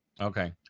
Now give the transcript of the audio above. Okay